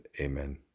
Amen